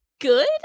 good